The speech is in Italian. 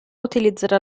utilizzerà